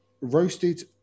roasted